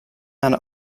and